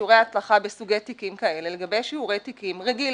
שם גבייה מינהלית לפני כן.